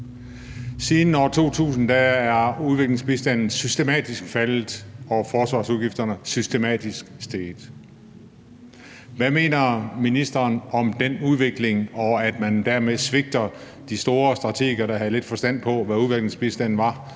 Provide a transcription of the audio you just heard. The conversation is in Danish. Siden 2000 er udviklingsbistanden systematisk faldet, og forsvarsudgifterne er systematisk steget. Hvad mener ministeren om den udvikling, altså at man dermed svigter de store strateger, der havde lidt forstand på, hvad udviklingsbistanden var,